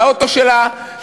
על האוטו שלי,